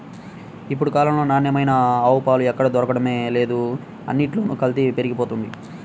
ఇప్పుడు కాలంలో నాణ్యమైన ఆవు పాలు ఎక్కడ దొరకడమే లేదు, అన్నిట్లోనూ కల్తీ పెరిగిపోతంది